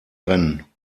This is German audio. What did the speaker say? rennen